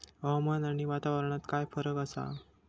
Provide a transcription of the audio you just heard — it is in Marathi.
हवामान आणि वातावरणात काय फरक असा?